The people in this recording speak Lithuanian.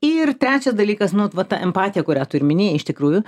ir trečias dalykas nu va ta empatija kurią tu ir minėjai iš tikrųjų